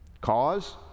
Cause